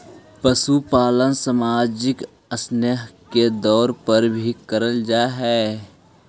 पशुपालन सामाजिक स्नेह के तौर पर भी कराल जा हई